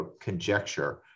conjecture